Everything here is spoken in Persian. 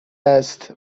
است